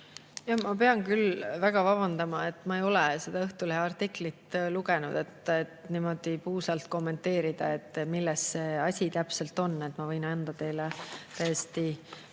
Ma pean küll väga vabandama, aga ma ei ole seda Õhtulehe artiklit lugenud. Ma ei saa niimoodi puusalt kommenteerida, milles asi täpselt on, ja ma võin anda teile täiesti